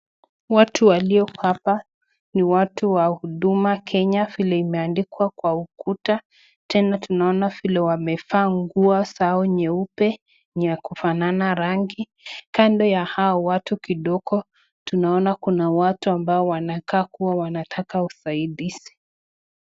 Watu walio hapa ni watu wa huduma Kenya. Limeandikwa kwa ukuta tena tunaona vile wamevaa nguo sawa nyeupe ya kufanana rangi. Kando ya hao watu kidogo tunaona kuna watu ambao wanakaa kua wanataka usaidizi.